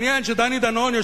מעניין שדני דנון,